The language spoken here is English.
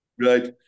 Right